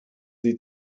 sie